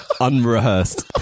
Unrehearsed